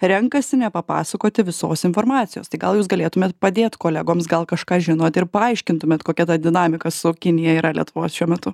renkasi nepapasakoti visos informacijos tai gal jūs galėtumėt padėt kolegoms gal kažką žinot ir paaiškintumėt kokia ta dinamika su kinija yra lietuvos šiuo metu